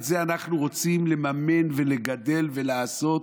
את זה אנחנו רוצים לממן ולגדל ולעשות